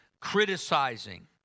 criticizing